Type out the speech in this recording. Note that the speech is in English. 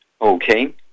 Okay